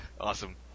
awesome